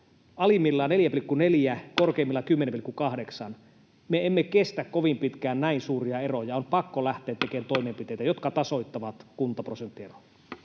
alimmillaan 4,4 ja korkeimmillaan 10,8. Me emme kestä kovin pitkään näin suuria eroja. On pakko lähteä tekemään toimenpiteitä, jotka tasoittavat kuntaprosenttieroa.